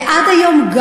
ועד היום,